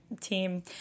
team